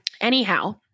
anyhow